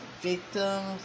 victims